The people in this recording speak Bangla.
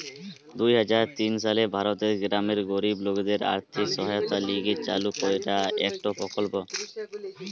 দুই হাজার তিন সালে ভারতের গ্রামের গরিব লোকদের আর্থিক সহায়তার লিগে চালু কইরা একটো প্রকল্প